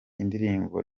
indirimbo